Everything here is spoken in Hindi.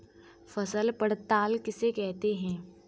फसल पड़ताल किसे कहते हैं?